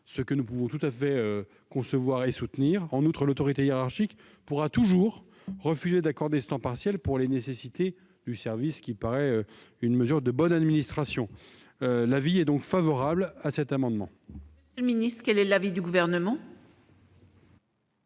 ce que nous pouvons tout à fait concevoir et soutenir. En outre, l'autorité hiérarchique pourra toujours refuser d'accorder ce temps partiel en raison des nécessités du service, ce qui paraît une mesure de bonne administration. La commission émet donc un avis favorable sur cet amendement. Quel est l'avis du Gouvernement ?